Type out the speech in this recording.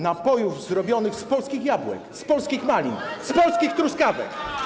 Napojów zrobionych z polskich jabłek, z polskich malin, z polskich truskawek.